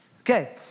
Okay